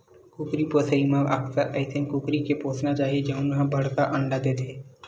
कुकरी पोसइ म अक्सर अइसन कुकरी के पोसना चाही जउन ह बड़का अंडा देथे